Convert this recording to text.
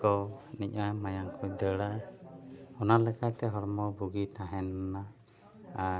ᱠᱚ ᱟᱹᱱᱤᱡᱟᱜᱼᱟ ᱢᱟᱭᱟᱢ ᱠᱚᱭ ᱫᱟᱹᱲᱟ ᱚᱱᱟ ᱞᱮᱠᱟᱛᱮ ᱦᱚᱲᱢᱚ ᱵᱩᱜᱤ ᱛᱟᱦᱮᱱᱟ ᱟᱨ